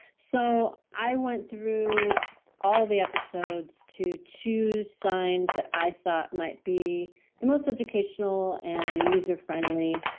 so i went through all the episodes to choose signs that i thought might be the most educational and user-friendly,